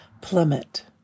plummet